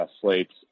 slates